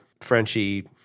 frenchie